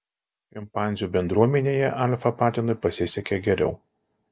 šimpanzių bendruomenėje alfa patinui pasisekė geriau